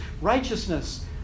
righteousness